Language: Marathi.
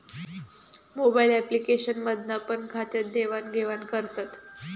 मोबाईल अॅप्लिकेशन मधना पण खात्यात देवाण घेवान करतत